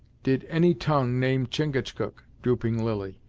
did any tongue name chingachgook, drooping-lily?